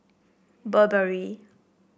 Burberry